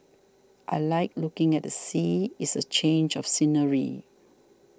I like looking at the sea it's a change of scenery